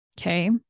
Okay